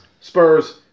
Spurs